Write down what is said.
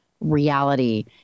reality